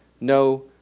no